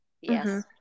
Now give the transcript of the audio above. Yes